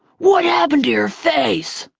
what happened to your face?